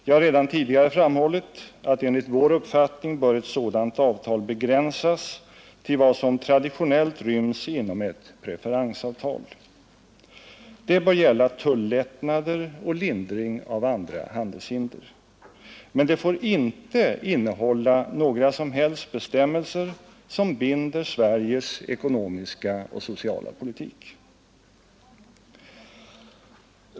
Jag har redan tidigare framhållit att enligt vår uppfattning bör ett sådant avtal begränsas till vad som traditionellt ryms inom ett preferensavtal. Det bör gälla tullättnader och lindring av andra handelshinder. Men det får inte innehålla några som helst bestämmelser som binder Sveriges ekonomiska och sociala politik.